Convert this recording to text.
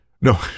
no